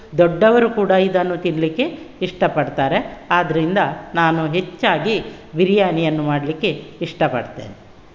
ದೊಡ್ಡವರು ಕೂಡ ಇದನ್ನು ತಿನ್ನಲಿಕ್ಕೆ ಇಷ್ಟಪಡ್ತಾರೆ ಆದ್ದರಿಂದ ನಾನು ಹೆಚ್ಚಾಗಿ ಬಿರಿಯಾನಿಯನ್ನು ಮಾಡಲಿಕ್ಕೆ ಇಷ್ಟಪಡ್ತೇನೆ